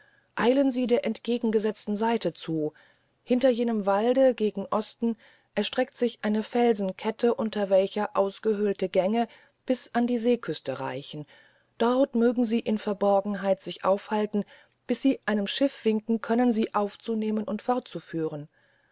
eilen sie der entgegen gesetzten seite zu hinter jenem walde gegen osten erstreckt sich eine felsenkette unter welcher ausgehöhlte gänge bis an die seeküste reichen dort mögen sie in verborgenheit sich aufhalten bis sie einem schiffe winken können sie aufzunehmen fortzuführen